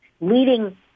leading